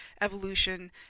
evolution